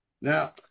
Now